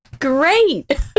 Great